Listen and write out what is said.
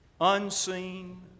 unseen